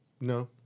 No